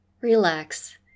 relax